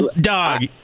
dog